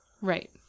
Right